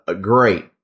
great